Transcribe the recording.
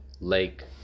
lake